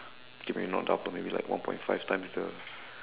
okay maybe not double maybe like one point five items the